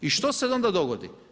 I što se onda dogodi.